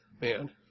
Man